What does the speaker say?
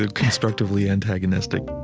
ah constructively antagonistic